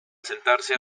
sentarse